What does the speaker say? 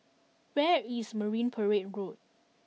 where is Marine Parade Road